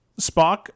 Spock